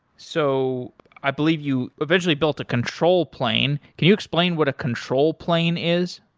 so i believe you eventually built a control plane. can you explain what a control plane is?